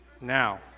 Now